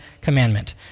commandment